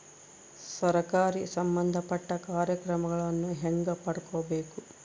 ಸರಕಾರಿ ಸಂಬಂಧಪಟ್ಟ ಕಾರ್ಯಕ್ರಮಗಳನ್ನು ಹೆಂಗ ಪಡ್ಕೊಬೇಕು?